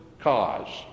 cause